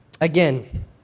Again